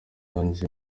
ndangije